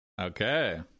okay